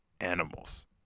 animals